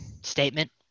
Statement